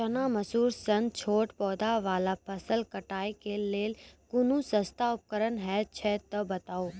चना, मसूर सन छोट पौधा वाला फसल कटाई के लेल कूनू सस्ता उपकरण हे छै तऽ बताऊ?